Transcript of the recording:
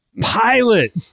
Pilot